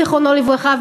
זיכרונו לברכה,